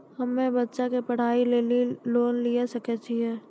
हम्मे बच्चा के पढ़ाई लेली लोन लिये सकय छियै?